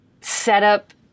setup